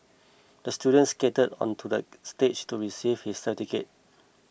the student skated onto the stage to receive his certificate